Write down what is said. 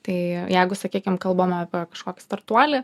tai jeigu sakykim kalbame apie kažkokį startuolį